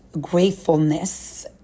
gratefulness